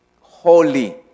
holy